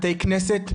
בתי כנסת,